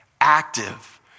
Active